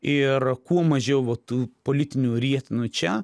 ir kuo mažiau va tų politinių rietenų čia